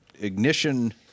ignition